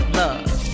love